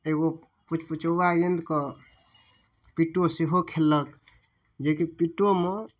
एगो पूचपुचौआ गेन्द के पिट्टो सेहो खेललक जेकी पिट्टोमे